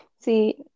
See